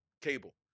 cable